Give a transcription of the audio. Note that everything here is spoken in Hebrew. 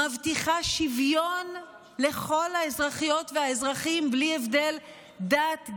מבטיחה שוויון לכל האזרחיות והאזרחים בלי הבדל דת,